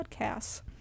podcasts